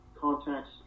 contacts